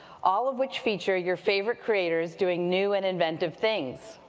all of which feature your favorite creators doing new and inventive things.